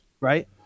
right